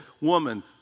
woman